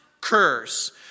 curse